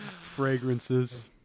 fragrances